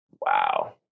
Wow